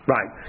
Right